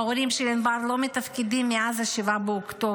ההורים של ענבר לא מתפקדים מאז 7 באוקטובר,